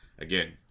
Again